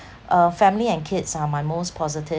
uh family and kids are my most positive